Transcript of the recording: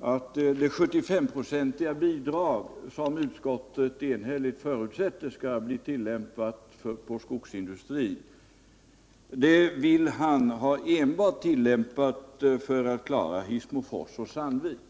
att det 75-procentiga bidrag som utskottet enhälligt förutsätter skall ges till skogsindustrin endast borde användas för att klara Hissmofors och Sandviken.